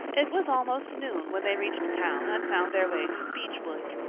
it was almost noon when they reached town and found their way to beechwood.